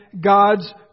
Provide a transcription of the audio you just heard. God's